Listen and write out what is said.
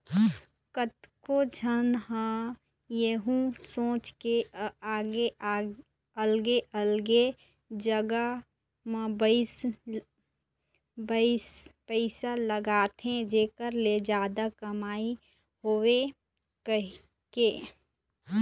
कतको झन ह यहूँ सोच के अलगे अलगे जगा म पइसा लगाथे जेखर ले जादा कमई होवय कहिके